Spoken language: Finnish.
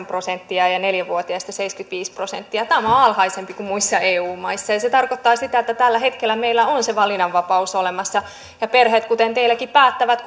prosenttia ja ja neljä vuotiaista seitsemänkymmentäviisi prosenttia tämä on alhaisempi kuin muissa eu maissa ja ja se tarkoittaa sitä että tällä hetkellä meillä on se valinnanvapaus olemassa perheet kuten teilläkin päättävät